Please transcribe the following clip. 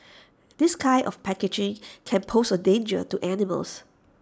this kind of packaging can pose A danger to animals